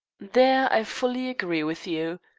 there i fully agree with you.